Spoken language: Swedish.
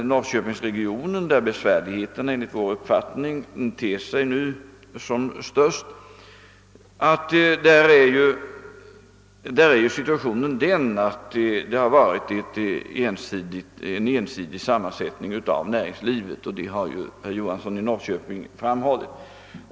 I norrköpingsregionen, där besvärligheterna enligt vår mening nu ter sig som störst, har näringslivet haft en ensidig sammansättning, vilket herr Johansson i Norrköping har framhållit.